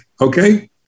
Okay